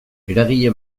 eragile